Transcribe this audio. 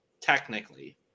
technically